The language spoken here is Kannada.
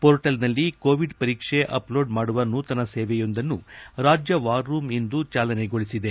ಪೋರ್ಟಲ್ ನಲ್ಲಿ ಕೋವಿಡ್ ಪರೀಕ್ಷೆ ಅಪ್ ಲೋಡ್ ಮಾಡುವ ನೂತನ ಸೇವೆಯೊಂದನ್ನು ರಾಜ್ಯ ವಾರ್ ರೂಮ್ ಇಂದು ಚಾಲನೆಗೊಳಿಸಿದೆ